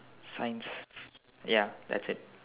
science ya that's it